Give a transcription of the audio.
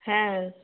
হ্যাঁ